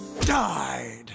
died